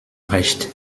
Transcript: recht